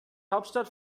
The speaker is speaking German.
hauptstadt